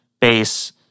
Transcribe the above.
base